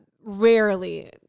Rarely